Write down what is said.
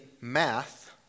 math